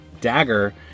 dagger